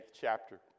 chapter